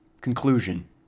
Conclusion